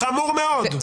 חמור מאוד.